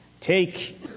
take